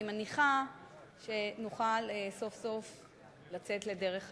ואני מניחה שנוכל סוף-סוף לצאת לדרך חדשה.